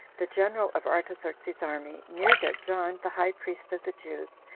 the general of artaxerxes's army, knew that john, the high priest of the jews,